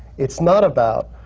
it's not about,